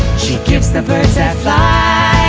she gives the birds that fly,